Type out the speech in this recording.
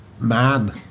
Man